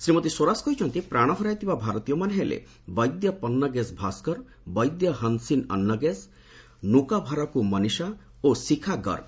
ଶ୍ରୀମତୀ ସ୍ୱରାଜ କହିଛନ୍ତି ପ୍ରାଣ ହରାଇଥିବା ଭାରତୀୟମାନେ ହେଲେ ବୈଦ୍ୟ ପନୁଗେସ୍ ଭାସ୍କର ବୈଦ୍ୟ ହନ୍ସିନ୍ ଅନୁଗେସ୍ ନ୍ଦ୍ରକାଭାରାକୁ ମନୀଷା ଏବଂ ଶିଖା ଗର୍ଗ